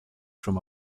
from